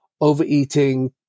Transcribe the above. overeating